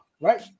Right